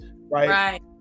right